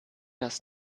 das